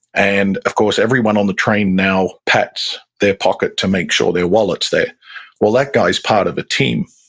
and of course, everyone on the train now pats their pocket to make sure their wallet is there. well, that guy is part of a team,